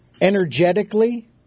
energetically